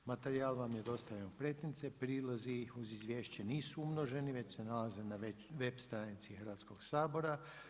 Materijal vam je dostavljen u pretince, prilozi ih uz izvješće nisu umnoženi, već se nalaze na web stranici Hrvatskog sabora.